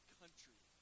country